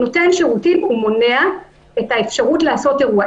נותן שירותים מונע את האפשרות לעשות אירוע.